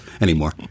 anymore